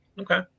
Okay